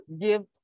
give